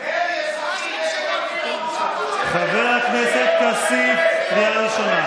אתם נותנים ידכם לחציית כל גבול: